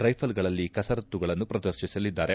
ರೈಫಲ್ಗಳಲ್ಲಿ ಕಸರತ್ತುಗಳನ್ನು ಪ್ರದರ್ಶಿಸಲಿದ್ದಾರೆ